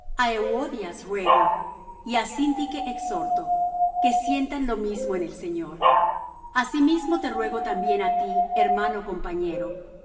euodias ruego y á syntych exhorto que sientan lo mismo en el señor asimismo te ruego también á ti hermano compañero